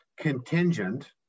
contingent